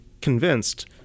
convinced